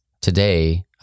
Today